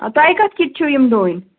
تۄہہِ کَتھ کِتھ چھِو یِم ڈُنۍ